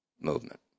movement